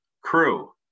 crew